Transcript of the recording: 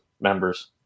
members